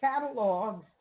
catalogs